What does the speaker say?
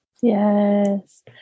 Yes